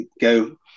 go